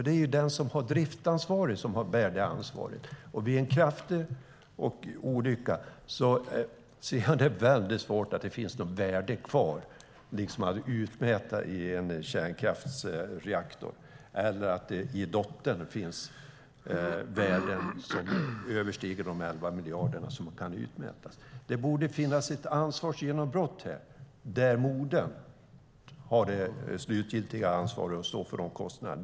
Det är ju den som har driftsansvaret som bär det ansvaret. Vid en kraftig olycka har jag svårt att se att något värde finns kvar i en kärnkraftsreaktor för utmätning eller att det i dotterbolaget finns värden som överstiger de 11 miljarder kronor som kan utmätas. Det borde finnas ett ansvarsgenombrott här - att moderbolaget har det slutgiltiga ansvaret och står för kostnaderna.